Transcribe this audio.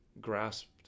grasped